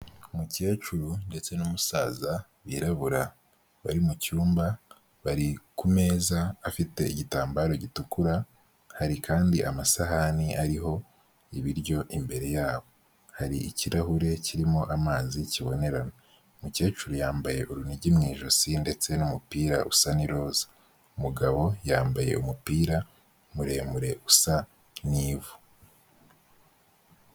Umukecuru ndetse n'umusaza birabura bari mucyumba bari kumeza afite igitambaro gitukura hari kandi amasahani ariho ibiryo imbere yabo, hari ikirahure kirimo amazi kibonera umukecuru yambaye urunigi mu ijosi ndetse n'umupira usa n'iroza umugabo yambaye umupira muremure usa n'ivu.